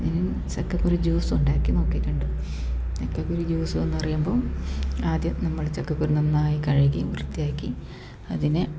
പിന്നെ ചക്കക്കുരു ജ്യൂസ് ഉണ്ടാക്കി നോക്കിയിട്ടുണ്ട് ചക്കക്കുരു ജ്യൂസ് എന്ന് പറയുമ്പം ആദ്യം നമ്മൾ ചക്കക്കുരു നന്നായി കഴുകി വൃത്തിയാക്കി അതിനെ